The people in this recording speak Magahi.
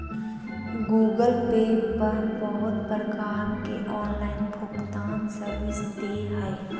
गूगल पे पर बहुत प्रकार के ऑनलाइन भुगतान सर्विस दे हय